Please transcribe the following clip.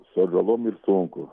su atžalom yr sunku